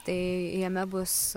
tai jame bus